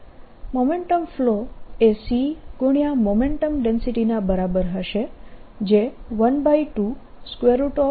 Momentum Density|S|c2 |S|c2MLT 1L3 momentum flow એ c ગુણ્યાં momentum ડેન્સિટીના બરાબર હશે